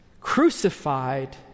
crucified